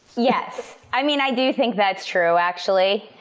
yes. i mean, i do think that's true actually.